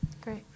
Great